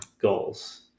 goals